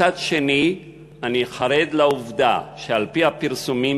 מצד שני אני חרד מהעובדה שעל-פי הפרסומים